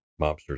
mobsters